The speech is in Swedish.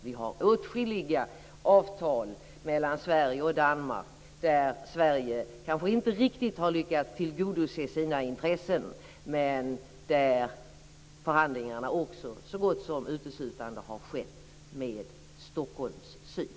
Vi har åtskilliga avtal mellan Sverige och Danmark där Sverige kanske inte riktigt har lyckats tillgodose sina intressen men där förhandlingarna också så gott som uteslutande har skett med Stockholmssyn.